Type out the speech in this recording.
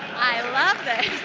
i love this,